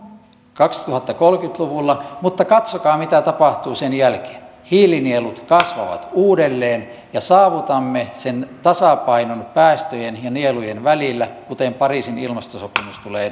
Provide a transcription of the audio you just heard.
kaksituhattakolmekymmentä luvulla mutta katsokaa mitä tapahtuu sen jälkeen hiilinielut kasvavat uudelleen ja saavutamme sen tasapainon päästöjen ja nielujen välillä kuten pariisin ilmastosopimus tulee